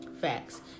Facts